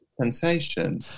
sensation